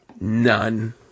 None